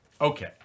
Okay